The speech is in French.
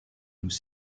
nous